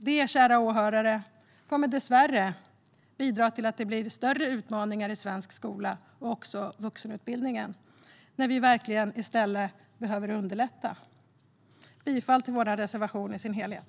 Det, kära åhörare, kommer dessvärre att bidra till att vi får större utmaningar i svensk skola och i vuxenutbildningen när vi verkligen i stället behöver underlätta. Jag yrkar bifall till vår reservation i sin helhet.